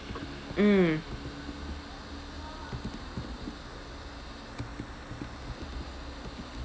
mm